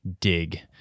dig